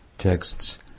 texts